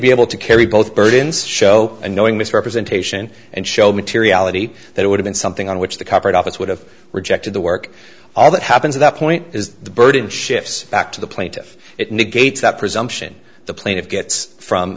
be able to carry both burdens show and knowing misrepresentation and show materiality that it would've been something on which the corporate office would have rejected the work all that happens at that point is the burden shifts back to the plaintiff it negates that presumption the plaintiff gets from